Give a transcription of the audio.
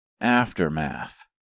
Aftermath